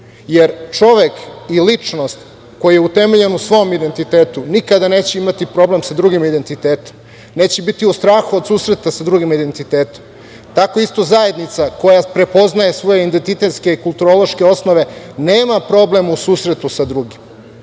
Jer, čovek i ličnost koji je utemeljen u svom identitetu nikada neće imati problem sa drugim identitetom, neće biti u strahu od susreta sa drugim identitetom. Tako isto i zajednica, koja prepoznaje svoje identitetske kulturološke osnove, nema problem u susretu sa drugima. To